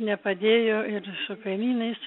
nepadėjo ir su kaimynais